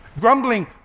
Grumbling